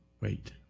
wait